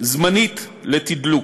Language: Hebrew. זמנית לתדלוק.